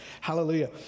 Hallelujah